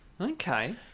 Okay